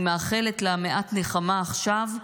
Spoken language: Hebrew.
אני מאחלת לה מעט נחמה עכשיו,